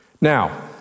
Now